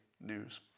News